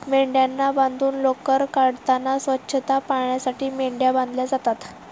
मेंढ्यांना बांधून लोकर काढताना स्वच्छता पाळण्यासाठी मेंढ्या बांधल्या जातात